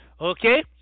okay